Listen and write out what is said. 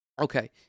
okay